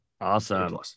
awesome